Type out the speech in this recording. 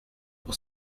pour